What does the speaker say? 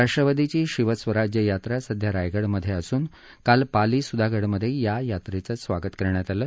राष्ट्रवादीची शिवस्वराज्य यात्रा सध्या रायगडमध्ये असून काल पाली सुधागडमध्ये या यात्रेचं स्वागत करण्यात आलं